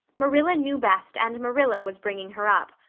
marilla knew best and marilla was bringing her up.